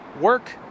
work